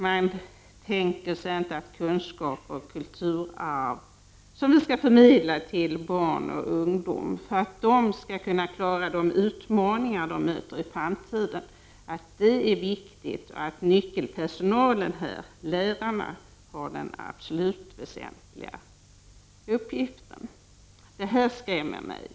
Man tänker sig inte att kunskaper och kulturarv, som vi skall förmedla till barn och ungdomar för att de skall kunna klara de utmaningar som de kommer att möta i framtiden, är viktiga och att nyckelpersonalen i detta sammanhang, lärarna, har den absolut mest väsentliga uppgiften. Detta skrämmer mig.